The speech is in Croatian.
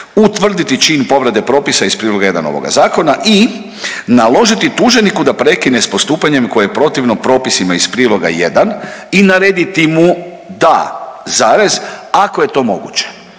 Utvrditi čin povrede popisa iz priloga 1. ovoga zakona i naložiti tuženiku da prekine s postupanjem koje je protivno propisima iz priloga 1. i narediti mu da, ako je to moguće